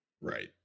Right